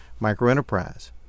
microenterprise